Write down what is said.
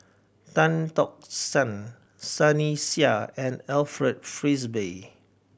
Tan Tock San Sunny Sia and Alfred Frisby